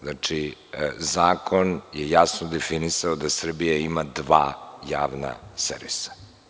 Znači, zakon je jasno definisao da Srbija ima dva javna servisa.